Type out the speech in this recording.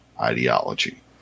ideology